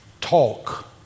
talk